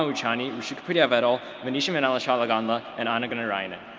um uchani, rushik pudiyavettle, venish and vennela challagondla, and anagha narayanan.